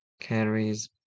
Carrie's